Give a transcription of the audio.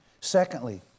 secondly